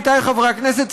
עמיתי חברי הכנסת,